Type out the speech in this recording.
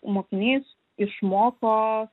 mokinys išmoko